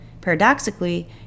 Paradoxically